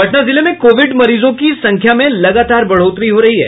पटना जिले में कोविड मरीजों की संख्या में लगातार बढ़ोतरी हो रही है